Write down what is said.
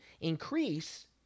increase